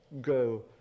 go